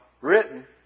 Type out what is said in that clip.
written